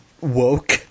woke